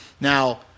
Now